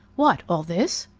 what, all this?